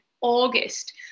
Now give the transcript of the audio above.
August